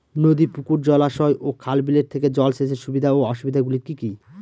নদী পুকুর জলাশয় ও খাল বিলের থেকে জল সেচের সুবিধা ও অসুবিধা গুলি কি কি?